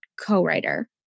co-writer